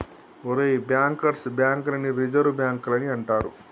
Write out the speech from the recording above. ఒరేయ్ bankers bank లని reserve బాంకులని అంటారు